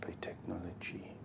technology